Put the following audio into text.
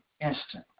instantly